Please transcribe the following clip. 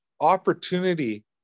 opportunity